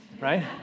right